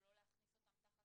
ולא להכניס אותם תחת